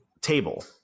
table